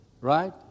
right